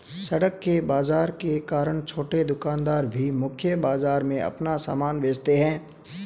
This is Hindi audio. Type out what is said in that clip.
सड़क के बाजार के कारण छोटे दुकानदार भी मुख्य बाजार में अपना सामान बेचता है